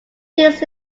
this